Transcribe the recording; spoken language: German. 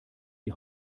die